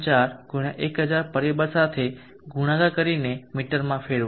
4 1000 પરિબળ સાથે ગુણાકાર કરીને મીટરમાં ફેરવો